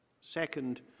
Second